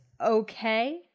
okay